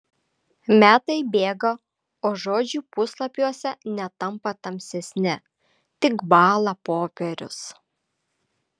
metai bėga o žodžiai puslapiuose netampa tamsesni tik bąla popierius